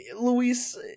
Luis